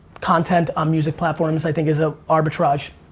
content on music platforms i think is a arbitrage.